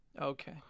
okay